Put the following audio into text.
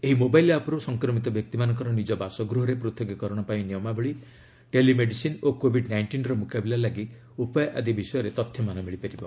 ଏହି ମୋବାଇଲ ଆପ୍ରୁ ସଂକ୍ରମିତ ବ୍ୟକ୍ତିମାନଙ୍କର ନିଜ ବାସଗୃହରେ ପୃଥକୀକରଣ ପାଇଁ ନିୟମାବାଳୀ ଟେଲିମେଡ଼ିସନ୍ ଓ କୋବିଡ୍ ନାଇଷ୍ଟିନ୍ର ମୁକାବିଲା ପାଇଁ ଉପାୟ ଆଦି ବିଷୟରେ ତଥ୍ୟମାନ ମିଳିପାରିବ